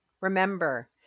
Remember